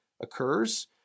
occurs